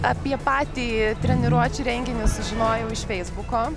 apie patį treniruočių renginį sužinojau iš feisbuko